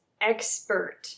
expert